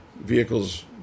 vehicles